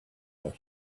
that